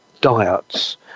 diets